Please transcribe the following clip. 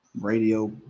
radio